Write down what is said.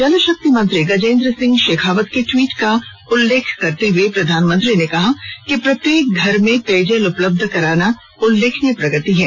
जलशक्ति मंत्री गजेन्द्र सिंह शेखावत के ट्वीट का उल्लेख करते हुए प्रधानमंत्री ने कहा कि प्रत्येक घर में पेयजल उपलब्ध कराना उल्लेखनीय प्रगति है